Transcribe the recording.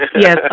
Yes